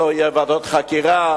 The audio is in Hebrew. לא יהיו ועדות חקירה,